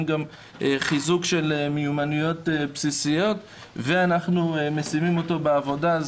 חיזוק של מיומנויות בסיסיות ואנחנו משימים אותו בעבודה.